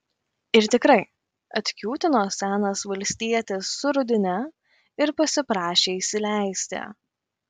ir tikrai atkiūtino senas valstietis su rudine ir pasiprašė įleisti